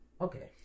Okay